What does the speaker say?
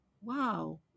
wow